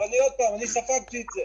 אני ספגתי את זה.